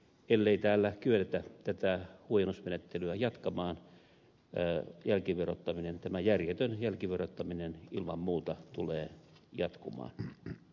ellei täällä kyetä tätä huojennusmenettelyä jatkamaan tämä järjetön jälkiverottaminen tulee ilman muuta jatkumaan